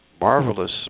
marvelous